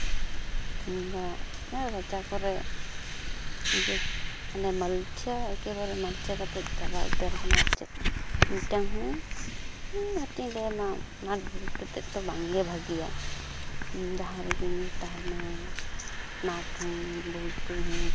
ᱠᱤᱝᱵᱟ ᱚᱱᱟ ᱨᱟᱪᱟ ᱠᱚᱨᱮ ᱤᱭᱟᱹ ᱢᱟᱱᱮ ᱢᱟᱹᱞᱪᱷᱟ ᱮᱠᱮᱵᱟᱨᱮ ᱢᱟᱹᱞᱪᱷᱟᱹ ᱠᱟᱛᱮ ᱪᱟᱵᱟ ᱩᱛᱟᱹᱨ ᱟᱠᱟᱱᱟ ᱟᱨ ᱪᱮᱫ ᱢᱤᱫᱴᱟᱝ ᱦᱚᱸ ᱪᱮᱫ ᱤᱧ ᱞᱟᱹᱭᱟᱢᱟ ᱱᱟᱴ ᱵᱚᱞᱴᱩ ᱛᱮᱫ ᱫᱚ ᱵᱟᱝᱜᱮ ᱵᱷᱟᱹᱜᱤᱭᱟ ᱡᱟᱦᱟᱸ ᱨᱮᱜᱮ ᱧᱩᱨ ᱛᱟᱦᱮᱱᱟ ᱱᱟᱴ ᱦᱚᱸ ᱵᱚᱞᱴᱩ ᱦᱚᱸ